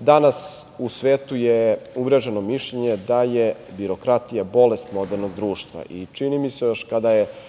danas u svetu je uvreženo mišljenje da je birokratija bolest modernog društva i čini mi se još kada je